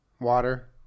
Water